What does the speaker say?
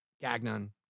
Gagnon